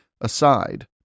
aside